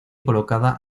colocada